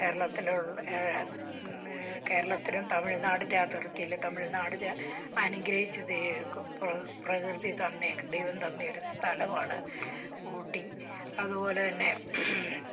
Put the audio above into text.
കേരളത്തിലുള്ള കേരളത്തിനും തമിഴ്നാടിൻ്റെ അതിർത്തിയിൽ തമിഴ്നാടിന് അനുഗ്രഹിച്ച് പ്രകൃതി പ്രകൃതി തന്നെ ദൈവം തന്ന ഒരു സ്ഥലം ആണ് ഊട്ടി അതുപോലെ തന്നെ